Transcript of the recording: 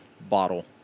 bottle